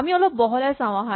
আমি অলপ বহলাই চাওঁ আহাঁ